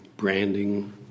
branding